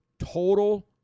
total